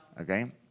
Okay